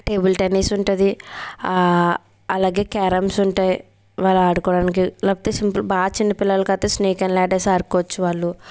table tennis ఉంటుంది అలాగే carroms ఉంటాయి వాళ్ళాడుకోడానికి లేకపోతే సింపుల్ బాగా చిన్నపిల్లలకైతే స్నేక్ అండ్ ల్యాడర్స్ ఆడుకోవచ్చు వాళ్ళు